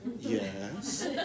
Yes